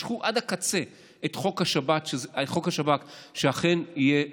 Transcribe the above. משכו עד הקצה את חוק השב"כ שאכן יהיה חוקי,